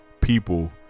people